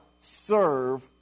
serve